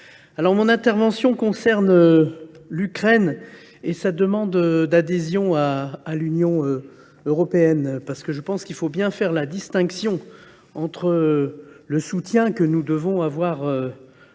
Mon intervention concernera l’Ukraine et sa demande d’adhésion à l’Union européenne. Je crois, en effet, qu’il faut bien faire la distinction entre le soutien que nous devons lui